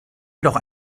jedoch